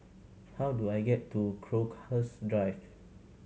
how do I get to Crowhurst Drive